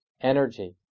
energy